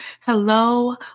hello